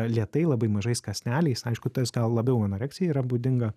lėtai labai mažais kąsneliais aišku tas gal labiau anoreksijai yra būdinga